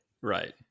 right